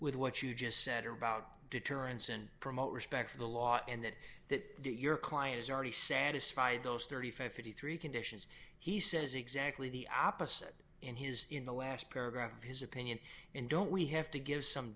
with what you just said about deterrence and promote respect for the law and that that your client is already satisfy those three thousand five hundred and fifty three conditions he says exactly the opposite in his in the last paragraph of his opinion and don't we have to give some